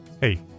Hey